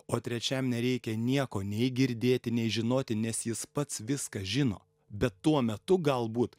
o trečiam nereikia nieko nei girdėti nei žinoti nes jis pats viską žino bet tuo metu galbūt